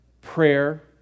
prayer